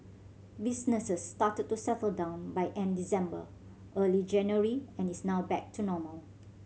business started to settle down by end December early January and is now back to normal